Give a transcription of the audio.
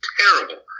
terrible